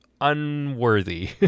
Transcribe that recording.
unworthy